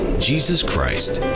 jesus christ,